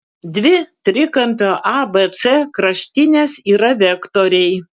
dvi trikampio abc kraštinės yra vektoriai